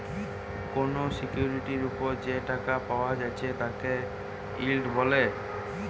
কোনো সিকিউরিটির উপর যে টাকা পায়া যাচ্ছে তাকে ইল্ড বলে